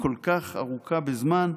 כל כך ארוכה בזמן,